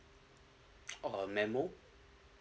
a memo